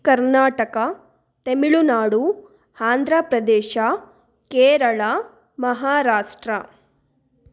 Karnataka Tamil Nadu Andhra Pradesh Kerala Maharashtra